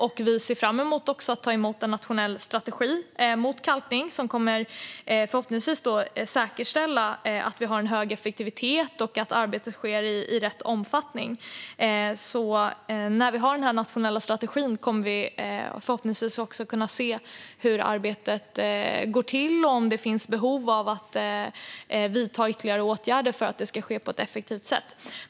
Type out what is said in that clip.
Vi ser också fram emot att ta emot en nationell strategi för kalkning som förhoppningsvis kommer att säkerställa att vi har en stor effektivitet och att arbetet sker i rätt omfattning. När vi har denna nationella strategi kommer vi förhoppningsvis också att kunna se hur arbetet går till och om det finns behov av att vidta ytterligare åtgärder för att detta ska ske på ett effektivt sätt.